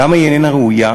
למה היא איננה ראויה?